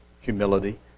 humility